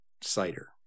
cider